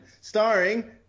starring